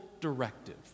directive